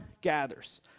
gathers